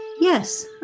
yes